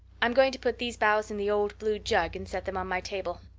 i'm going to put these boughs in the old blue jug and set them on my table.